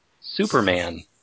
Superman